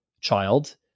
child